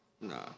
nah